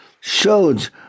showed